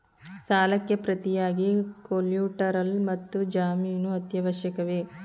ಸಾಲಕ್ಕೆ ಪ್ರತಿಯಾಗಿ ಕೊಲ್ಯಾಟರಲ್ ಮತ್ತು ಜಾಮೀನು ಅತ್ಯವಶ್ಯಕವೇ?